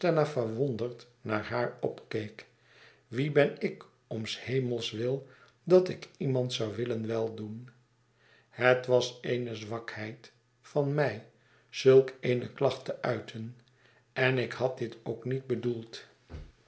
verwonderd naar haar opkeek wie ben ik om s hemels wil dat ik iemand zou willen weldoen het was eene zwakheid van mij zulk eene klacht te uiten en ik had dit ook niet bedoeld